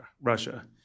Russia